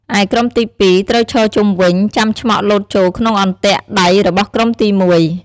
ឯក្រុមទី២ ត្រូវឈរជុំវិញ ចាំឆ្មក់លោតចូលក្នុងអន្ទាក់ដៃរបស់ក្រុមទី១។